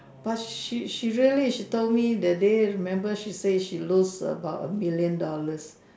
but she she really she told me that day remember she say she lose about a million dollars